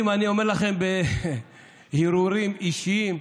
אני אומר לכם, בהרהורים אישיים,